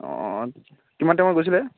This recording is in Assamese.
অঁ অঁ কিমান টাইমত গৈছিলে